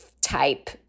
type